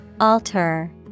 Alter